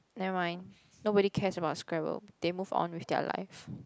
never mind nobody cares about scrabble they move on with their life